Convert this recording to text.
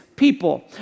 people